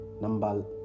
number